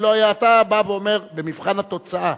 אתה בא ואומר: במבחן התוצאה,